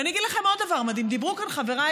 ואומר לכם עוד דבר מדהים: דיברו כאן חבריי,